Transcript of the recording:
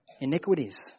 iniquities